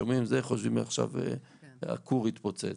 חושבים שעכשיו הכור התפוצץ,